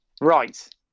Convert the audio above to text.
right